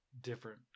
different